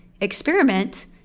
experiment